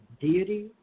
deity